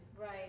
right